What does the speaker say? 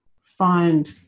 find